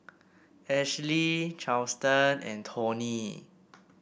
Esley Charlton and Tony